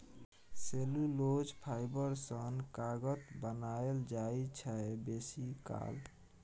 cellulose fibre सँ कागत बनाएल जाइ छै बेसीकाल